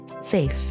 safe